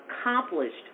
accomplished